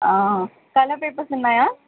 colour papers ఉన్నాయా